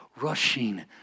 rushing